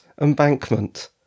embankment